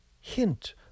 hint